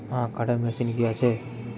আখ কাটা মেশিন কি আছে?